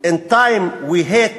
:In time we hate